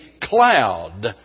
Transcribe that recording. Cloud